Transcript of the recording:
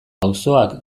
auzoak